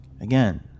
again